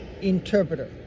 interpreter